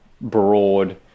broad